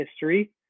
history